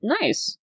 nice